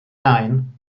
nein